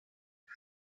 wir